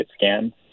scan